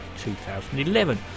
2011